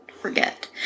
forget